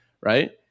right